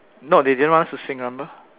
no they didn't want us to sing remember